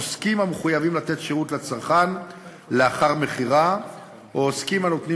עוסקים המחויבים לתת שירות לצרכן לאחר מכירה או עוסקים הנותנים